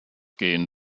gehen